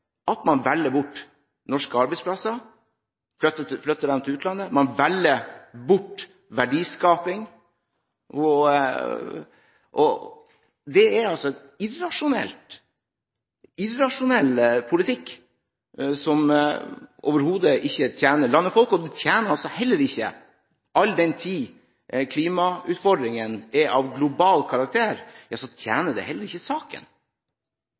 at man velger bort norske arbeidsplasser, flytter dem til utlandet. Man velger bort verdiskaping. Det er irrasjonelt. Det er en irrasjonell politikk som overhodet ikke tjener land og folk, og all den tid klimautfordringen er av global karakter, tjener det heller ikke saken.